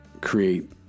create